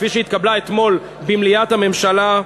כפי שהתקבלה אתמול במליאת הממשלה,